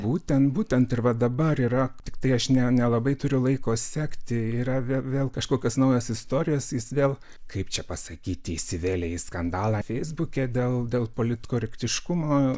būtent būtent ir va dabar yra tiktai aš ne nelabai turiu laiko sekti yra vė vėl kažkokios naujos istorijos jis vėl kaip čia pasakyti įsivėlė į skandalą feisbuke dėl dėl politkorektiškumo